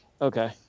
Okay